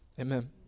amen